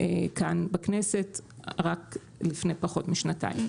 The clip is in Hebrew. כאן בכנסת רק לפני פחות משנתיים.